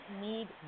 need